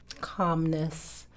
calmness